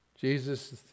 Jesus